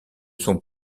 sont